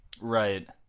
Right